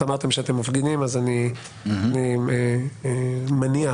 שאתם מפגינים, לכן אני פונה אליכם.